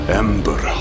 ember